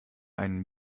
einen